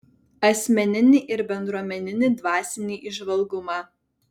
asmeninį ir bendruomeninį dvasinį įžvalgumą